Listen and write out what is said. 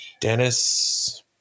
Dennis